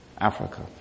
Africa